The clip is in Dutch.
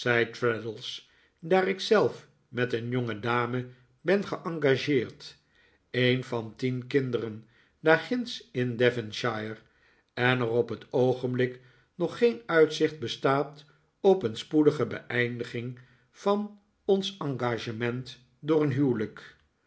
traddles daar ik zelf met een jongedame ben geengageerd een van tien kinderen daarginds in devonshire en er op het oogenblik nog geen uitzicht bestaat op een spoedige beeindiging van ons engagement door een huwelijk